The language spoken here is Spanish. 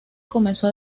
comenzó